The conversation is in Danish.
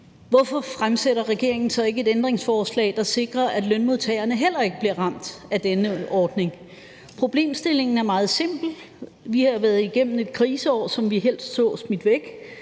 rammer lønmodtagerne, så ikke stiller et ændringsforslag, der sikrer, at lønmodtagerne heller ikke bliver ramt af denne ordning. Problemstillingen er meget simpel. Vi har været igennem et kriseår, som vi helst så smidt væk,